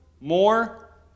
more